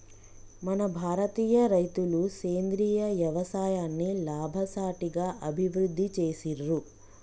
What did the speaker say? మన భారతీయ రైతులు సేంద్రీయ యవసాయాన్ని లాభసాటిగా అభివృద్ధి చేసిర్రు